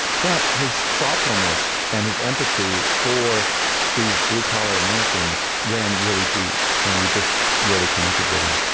but his thoughtfulness and his empathy for these blue-collar americans ran really deep, and we just really connected with him